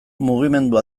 mugimendu